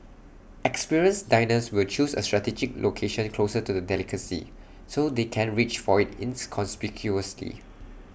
experienced diners will choose A strategic location closer to the delicacy so they can reach for IT inconspicuously